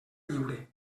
lliure